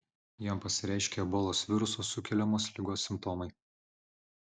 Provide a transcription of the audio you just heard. jam pasireiškė ebolos viruso sukeliamos ligos simptomai